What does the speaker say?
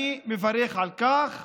אני מברך על כך.